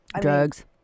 Drugs